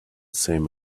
same